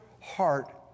heart